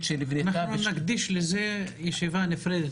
שנבנתה --- אנחנו נקדיש לזה ישיבה נפרדת,